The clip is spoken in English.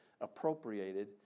appropriated